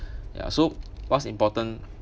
ya so what's important